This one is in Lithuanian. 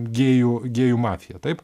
gėjų gėjų mafiją taip